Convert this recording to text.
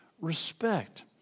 respect